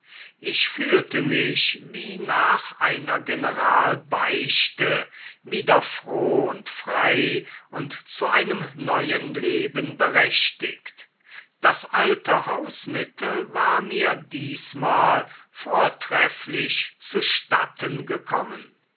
ich fühlte mich wie nach einer generalbeichte wieder froh und frei und zu einem neuen leben berechtigt das alte hausmittel war mir diesmal vortrefflich zustatten gekommen